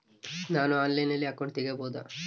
ನಾನು ಆನ್ಲೈನಲ್ಲಿ ಅಕೌಂಟ್ ತೆಗಿಬಹುದಾ?